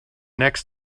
next